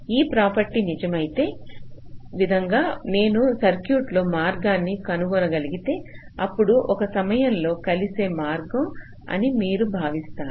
ఈ ప్రాపర్టీ నిజమయ్యే విధంగా నేను సర్క్యూట్లో మార్గాన్ని కనుగొనగలిగితే అప్పుడు ఒక సమయంలో కలిసే మార్గం అని మీరు భావిస్తారు